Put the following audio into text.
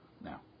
Now